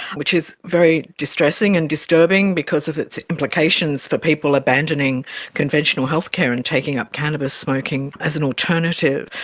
which is very distressing and disturbing because of its implications for people abandoning conventional healthcare and taking up cannabis smoking as an alternative.